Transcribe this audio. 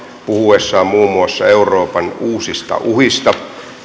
puhuessaan muun muassa euroopan uusista uhista